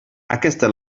aquesta